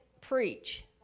preach